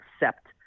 accept